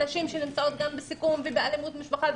נשים בסיכון ואלימות במשפחה.